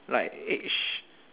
like age